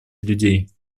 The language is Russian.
людей